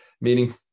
meaning